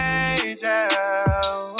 angel